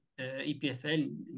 EPFL